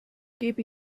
gebe